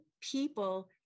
people